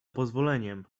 pozwoleniem